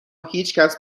هیچکس